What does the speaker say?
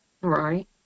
Right